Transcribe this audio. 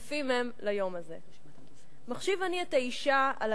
יפים הם ליום הזה: "מחשיב אני את האשה על